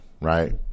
right